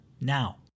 now